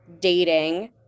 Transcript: dating